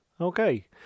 Okay